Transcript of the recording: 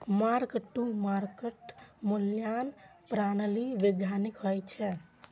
mark to market मूल्यांकन प्रणाली वैधानिक होइ छै